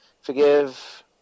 forgive